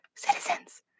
Citizens